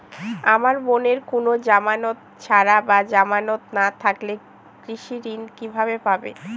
আমার বোনের কোন জামানত ছাড়া বা জামানত না থাকলে কৃষি ঋণ কিভাবে পাবে?